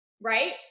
right